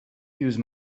use